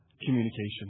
communication